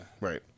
Right